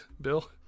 bill